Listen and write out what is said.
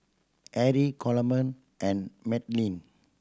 Erie Coleman and Madalynn